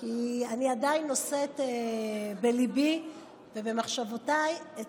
כי אני עדיין נושאת בליבי ובמחשבותיי את